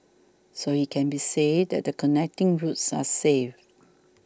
so it can be said that the connecting routes are safe